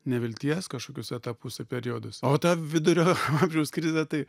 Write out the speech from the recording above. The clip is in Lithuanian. nevilties kažkokius etapus periodus o ta vidurio amžiaus krizė tai